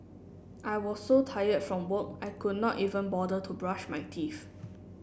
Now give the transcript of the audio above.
I was so tired from work I could not even bother to brush my teeth